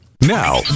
Now